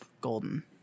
golden